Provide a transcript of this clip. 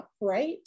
right